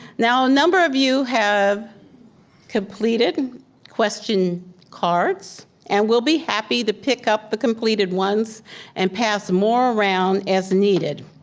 now a number of you have completed question cards and we'll be happy to pick up the completed ones and pass more around as needed.